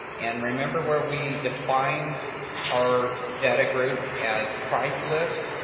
and remember where we defined our data group as price list?